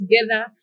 together